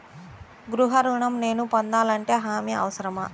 గృహ ఋణం నేను పొందాలంటే హామీ అవసరమా?